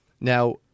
now